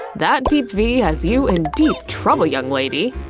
that deep v has you in deep trouble, young lady!